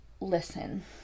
Listen